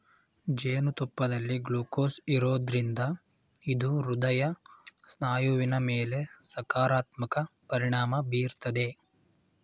ಜೇನುತುಪ್ಪದಲ್ಲಿ ಗ್ಲೂಕೋಸ್ ಇರೋದ್ರಿಂದ ಇದು ಹೃದಯ ಸ್ನಾಯುವಿನ ಮೇಲೆ ಸಕಾರಾತ್ಮಕ ಪರಿಣಾಮ ಬೀರ್ತದೆ